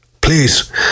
please